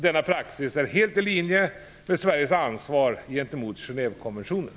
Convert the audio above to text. Denna praxis är helt i linje med Sveriges ansvar gentemot Genèvekonventionen.